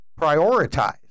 prioritize